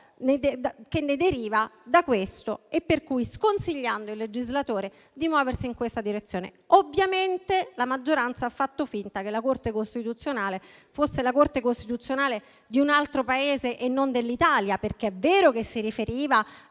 che ne derivano da questo, per cui sconsigliando il legislatore di muoversi in tale direzione. Ovviamente la maggioranza ha fatto finta che la Corte costituzionale fosse quella di un altro Paese e non dell'Italia. È vero, infatti, che si riferiva